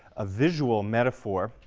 a visual metaphor,